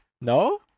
No